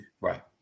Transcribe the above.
Right